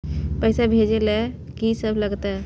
पैसा भेजै ल की सब लगतै?